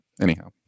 anyhow